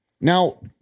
Now